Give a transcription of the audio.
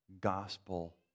gospel